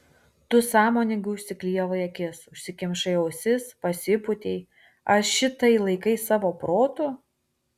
tu sąmoningai užsiklijavai akis užsikimšai ausis pasipūtei ar šitai laikai savo protu